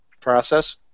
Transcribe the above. process